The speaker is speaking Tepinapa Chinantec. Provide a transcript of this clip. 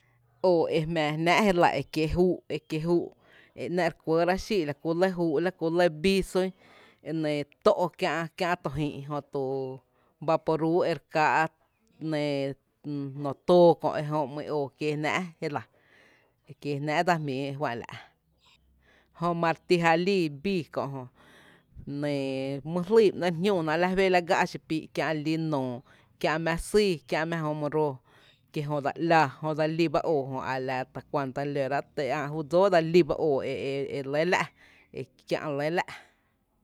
Oo e jmⱥⱥ jnⱥⱥ´je jnⱥⱥ e kiee’ júú’ e kiee’ júú’ e ‘nⱥ’ re kuoorá’ xíí’ la ku lɇ júú’ kié’ bíí sun, e nɇ tó’ kiä’ kiä’ to jïï’ jötu vaporuu e re káá’ enɇɇ nóoó tóó kö’ ejö ‘mý’n oo kiee jnáá’ jé la, e kiee jnáá’ dsa jmíií e juá’n la’. Jö ma re ti ja lii bíí kö’jö enɇ mý jlýý ba ‘nɇɇ’ re jñúú na la fé’ la gá’ xii’ pii’ kiä’ lí noo, kiä’ mⱥⱥ syy kiä’ mⱥ jöö my roo kie’ jö dsa ‘laa, jö dsa líoo jö, a la ta kuanta lóra’ e ä’ jú dsóoó dsa lí ba oo e lɇ la’ e kiä’ lɇ lá’.